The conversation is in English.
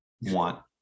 want